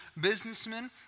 businessmen